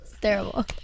terrible